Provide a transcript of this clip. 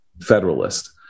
Federalist